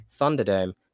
Thunderdome